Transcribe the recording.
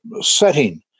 setting